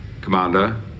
Commander